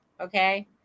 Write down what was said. Okay